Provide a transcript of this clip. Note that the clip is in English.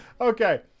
Okay